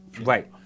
Right